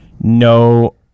no